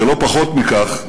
ולא פחות מכך,